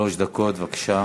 שלוש דקות, בבקשה.